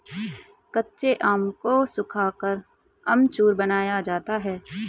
कच्चे आम को सुखाकर अमचूर बनाया जाता है